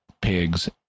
pigs